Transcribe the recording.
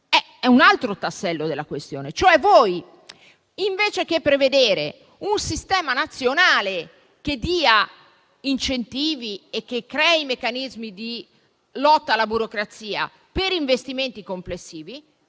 È un altro tassello della questione. Voi, invece che prevedere un sistema nazionale che dia incentivi e crei meccanismi di lotta alla burocrazia per investimenti complessivi,